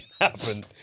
happen